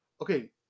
okay